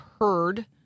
heard